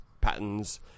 patterns